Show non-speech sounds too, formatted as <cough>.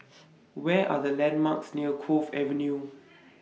Where Are The landmarks near Cove Avenue <noise> <noise>